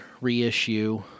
reissue